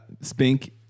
Spink